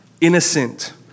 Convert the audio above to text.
innocent